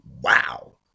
wow